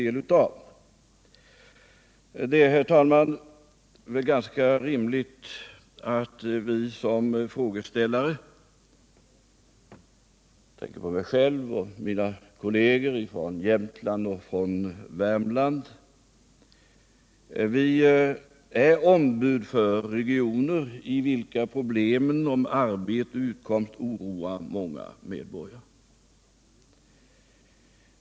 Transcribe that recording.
Det är, herr talman, ganska rimligt att vi som frågeställare — jag tänker på mig själv och mina kolleger från Jämtland och Värmland — är ombud för regioner, i vilka problemen om arbete och utkomst oroar många medborgare.